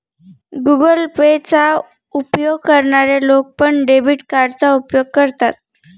Google Pay चा उपयोग करणारे लोक पण, डेबिट कार्डचा उपयोग करतात